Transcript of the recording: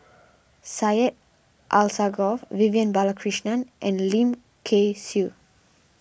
Syed Alsagoff Vivian Balakrishnan and Lim Kay Siu